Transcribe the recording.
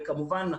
וכמובן,